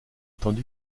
tandis